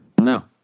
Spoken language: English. No